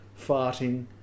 farting